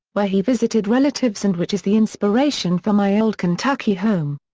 where he visited relatives and which is the inspiration for my old kentucky home.